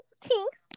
tinks